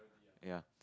ya